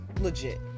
legit